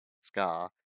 scar